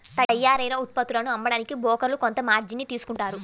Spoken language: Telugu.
తయ్యారైన ఉత్పత్తులను అమ్మడానికి బోకర్లు కొంత మార్జిన్ ని తీసుకుంటారు